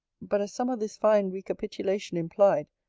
but as some of this fine recapitulation implied,